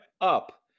up